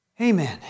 Amen